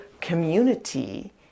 community